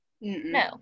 No